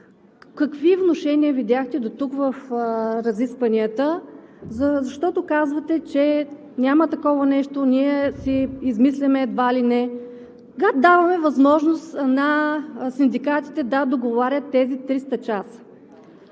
Какви внушения видяхте дотук в разискванията? Защото казвате, че няма такова нещо, ние едва ли не си измисляме сега, като даваме възможност на синдикатите да договарят тези 300 часа.